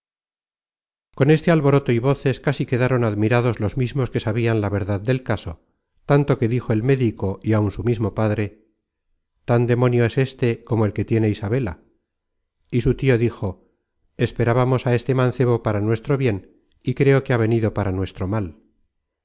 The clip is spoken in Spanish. con este alboroto y voces casi quedaron admirados los mismos que sabian la verdad del caso tanto que dijo el médico y aun su mismo padre tan demonio es éste como el que tiene isabela y su tio dijo esperábamos á este mancebo para nuestro bien y creo que ha venido para nuestro mal